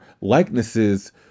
likenesses